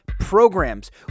programs